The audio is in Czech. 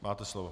Máte slovo.